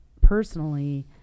personally